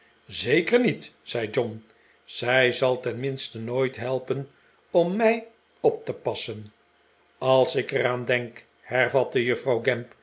zeker niet zei john zij zal tenminste nooit helpen om mij op te passen als ik er aan denk hervatte juffrouw